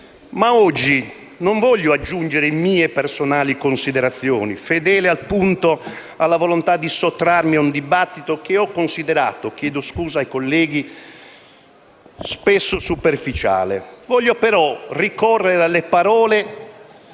Ma oggi non voglio aggiungere mie personali considerazioni, fedele alla volontà di sottrarmi a un dibattito che ho considerato spesso superficiale. Voglio, però, ricorrere alle parole